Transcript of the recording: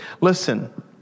listen